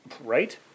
Right